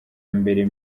mbere